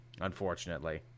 Unfortunately